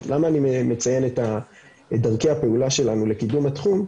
למה אני מציין את דרכי הפעולה שלנו לקידום התחום,